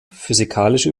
physikalische